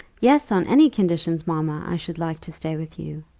yes. on any conditions, mamma, i should like to stay with you.